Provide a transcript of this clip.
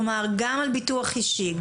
כלומר גם על ביטוח אישי,